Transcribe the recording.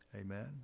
Amen